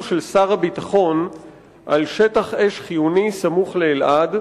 של שר הביטחון על שטח אש חיוני סמוך לאלעד,